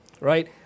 Right